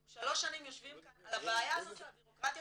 אנחנו שלוש שנים יושבים כאן על הבעיה הזאת של הבירוקרטיה.